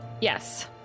Yes